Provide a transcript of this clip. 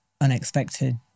unexpected